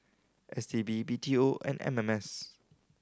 S T B B T O and M M S